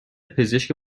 پزشک